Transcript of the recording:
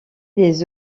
des